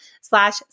slash